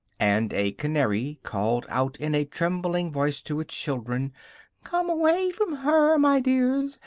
and a canary called out in a trembling voice to its children come away from her, my dears,